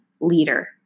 leader